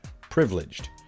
privileged